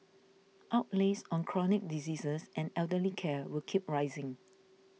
outlays on chronic diseases and elderly care will keep rising